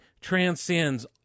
transcends